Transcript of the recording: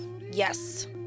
Yes